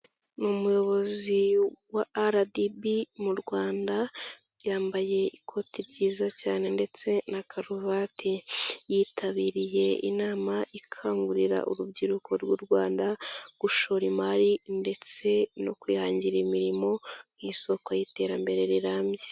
Ni umuyobozi wa RDB mu Rwanda, yambaye ikoti ryiza cyane ndetse na karuvati, yitabiriye inama ikangurira urubyiruko rw'u Rwanda, gushora imari ndetse no kwihangira imirimo nk'isoko y'iterambere rirambye.